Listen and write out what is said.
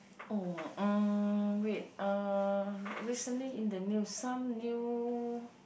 oh mm wait uh recently in the news some new